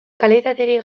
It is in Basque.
kalitaterik